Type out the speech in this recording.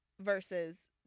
versus